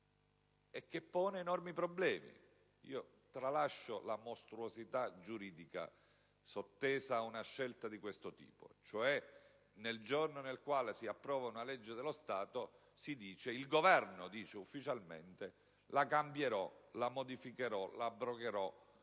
e che pone enormi problemi. Tralascio la mostruosità giuridica sottesa ad una scelta di questo tipo, cioè: nel giorno nel quale si approva una legge dello Stato, il Governo dice ufficialmente che la modificherà o l'abrogherà